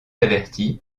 averti